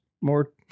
more